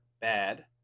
bad